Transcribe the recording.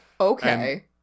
Okay